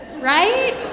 right